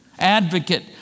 advocate